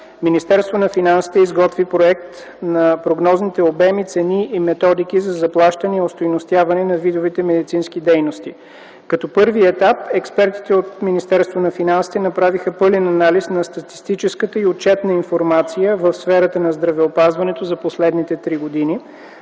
Министерството на финансите изготви проект на прогнозните обеми, цени и методики за заплащане и остойностяване на видовете медицински дейности. Като първи етап, експертите от Министерството на финансите направиха пълен анализ на статистическата и отчетна информация в сферата на здравеопазването за последните три години